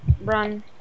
Run